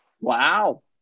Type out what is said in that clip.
Wow